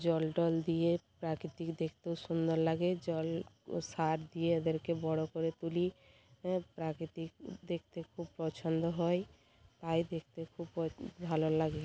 জল টল দিয়ে প্রাকৃতিক দেখতেও সুন্দর লাগে জল ও সার দিয়ে এদেরকে বড় করে তুলি হ্যাঁ প্রাকৃতিক দেখতে খুব পছন্দ হয় তাই দেখতে খুব প ভালো লাগে